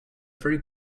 very